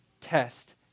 test